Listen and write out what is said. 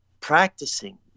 practicing